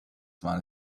mal